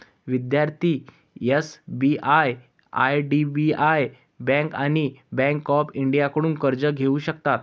विद्यार्थी SBI IDBI bank आणि bank of इंडियाकडून कर्ज घेऊ शकतात